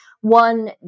one